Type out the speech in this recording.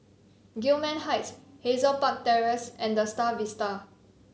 Gillman Heights Hazel Park Terrace and The Star Vista